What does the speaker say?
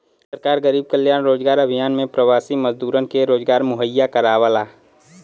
सरकार गरीब कल्याण रोजगार अभियान में प्रवासी मजदूरन के रोजगार मुहैया करावला